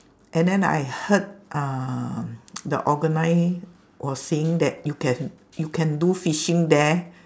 and then I heard um the organise was saying that you can you can do fishing there